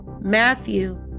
matthew